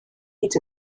hyd